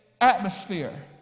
atmosphere